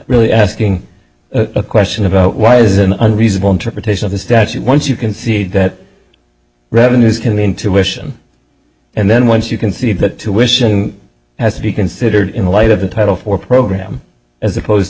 really asking a question about why is an unreasonable interpretation of the statute once you concede that revenues can intuition and then once you concede that tuition has to be considered in light of the title for program as opposed